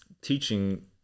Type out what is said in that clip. teaching